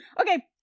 Okay